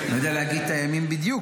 אני לא יודע להגיד את הימים בדיוק,